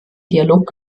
dialog